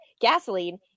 gasoline